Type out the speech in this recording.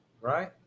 right